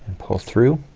pull through,